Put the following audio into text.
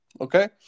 Okay